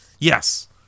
Yes